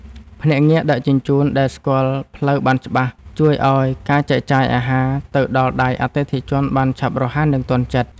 ភ្នាក់ងារដឹកជញ្ជូនដែលស្គាល់ផ្លូវបានច្បាស់ជួយឱ្យការចែកចាយអាហារទៅដល់ដៃអតិថិជនបានឆាប់រហ័សនិងទាន់ចិត្ត។